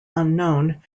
unknown